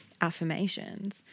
affirmations